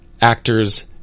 actors